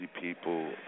people